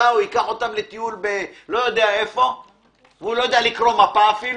או ייקח אותם לטיול לא יודע איפה והוא אפילו לא יודע לקרוא מפה?